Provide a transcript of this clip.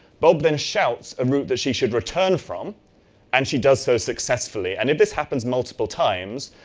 bob then shouts a route that she should return from and she does so successfully, and if this happens multiple times,